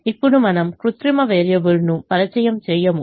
ఇప్పుడు మనము కృత్రిమ వేరియబుల్ ను పరిచయం చేయము